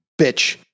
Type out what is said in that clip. bitch